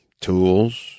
tools